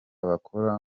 bakora